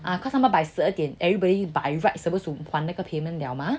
err cause 他们十二点 by right everybody suppose to 还那个 payment liao mah